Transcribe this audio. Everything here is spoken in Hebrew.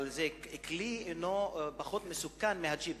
אבל זה כלי שלא פחות מסוכן מהג'יפ,